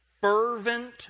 fervent